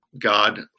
God